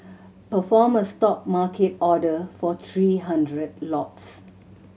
perform a stop market order for three hundred lots